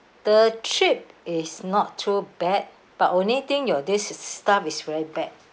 the trip is not too bad but only thing your this staff is very bad